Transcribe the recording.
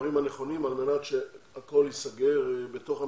הדברים הנכונים על מנת שהכול ייסגר בתוך המשרד.